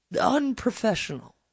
unprofessional